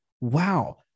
wow